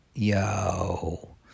Yo